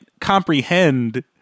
comprehend